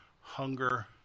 hunger